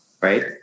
right